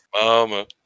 Mama